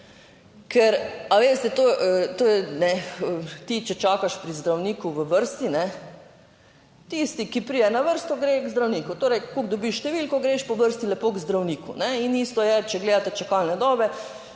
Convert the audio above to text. ker a veste, to je, ti če čakaš pri zdravniku v vrsti, tisti, ki pride na vrsto, gre k zdravniku, torej koliko dobiš številko, greš po vrsti lepo k zdravniku, in isto je, če gledate čakalne dobe,